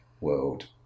world